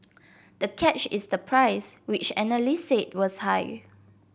the catch is the price which analysts said was high